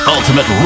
Ultimate